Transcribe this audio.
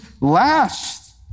last